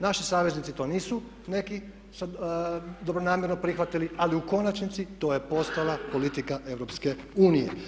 Naši saveznici to nisu neki dobronamjerno prihvatili, ali u konačnici to je postala politika EU.